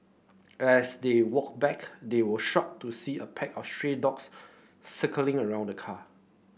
as they walked back they were shocked to see a pack of stray dogs circling around the car